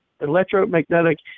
Electromagnetic